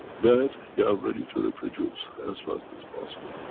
that, they are ready to reproduce, as fast as possible.